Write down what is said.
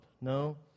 No